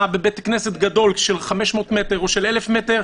בבית כנסת גדול של 500 מטר או של אלף מטר,